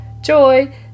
Joy